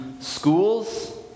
schools